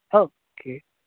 okay